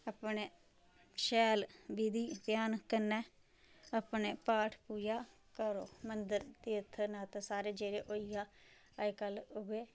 अपने शैल विधि विधान कन्नै अपने पाठ पूजा करो मदंर तीर्थं न ते सारे जेह्ड़े होई जाए अज्जकल होऐ